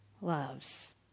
loves